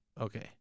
Okay